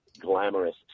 glamorous